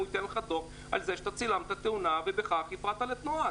הוא ייתן לך דו"ח על זה שאתה צילמת תאונה ובכך הפרעת לתנועה,